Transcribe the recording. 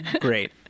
great